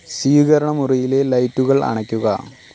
സ്വീകരണമുറിയിലെ ലൈറ്റുകൾ അണയ്ക്കുക